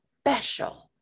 special